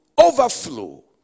overflow